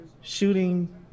shooting